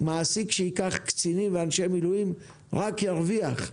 מעסיק שייקח קצינים ואנשי מילואים רק ירוויח,